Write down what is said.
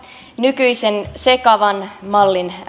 nykyisen sekavan mallin